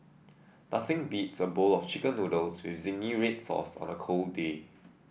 nothing beats a bowl of chicken noodles with zingy red sauce on a cold day